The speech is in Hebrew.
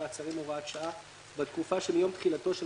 מעצרים) הוראת שעה 1. בתקופה שמיום תחילתו של